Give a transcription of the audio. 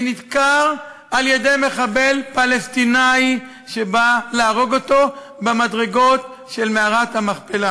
שנדקר על-ידי מחבל פלסטיני שבא להרוג אותו במדרגות של מערת המכפלה.